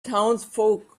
townsfolk